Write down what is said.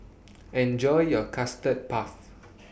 Enjoy your Custard Puff